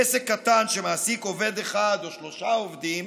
עסק קטן שמעסיק עובד אחד או שלושה עובדים